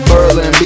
Berlin